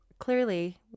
clearly